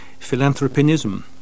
Philanthropinism